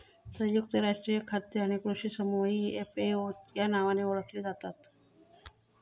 संयुक्त राष्ट्रीय खाद्य आणि कृषी समूह ही एफ.ए.ओ या नावाने ओळखली जातत